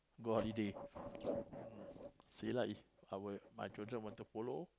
go holiday mm see lah if my children want to follow